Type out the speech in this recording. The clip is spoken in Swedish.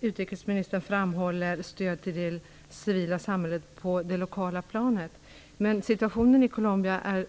Utrikesministern framhåller stöd till det civila samhället på det lokala planet. Men situationen i Colombia är